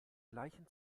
gleichen